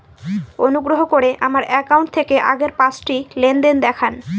অনুগ্রহ করে আমার অ্যাকাউন্ট থেকে আগের পাঁচটি লেনদেন দেখান